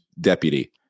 deputy